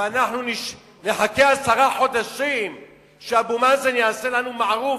ואנחנו נחכה עשרה חודשים שאבו מאזן יעשה לנו "מערוף",